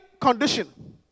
condition